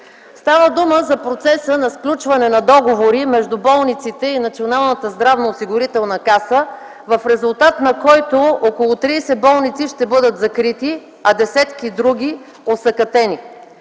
Става дума за процеса на сключване на договори между болниците и Националната здравноосигурителна каса, в резултат на който около 30 болници ще бъдат закрити, а десетки други осакатени